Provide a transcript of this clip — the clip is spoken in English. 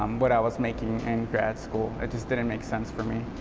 um what i was making in grad school. it just didn't make sense for me.